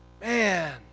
Man